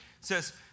says